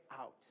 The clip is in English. out